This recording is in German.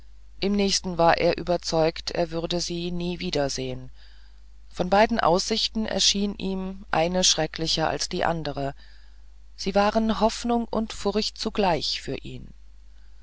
im nächsten war er überzeugt er würde sie nie wiedersehen von beiden aussichten erschien ihm eine schrecklicher als die andere sie waren hoffnung und furcht zugleich für ihn